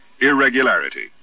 irregularity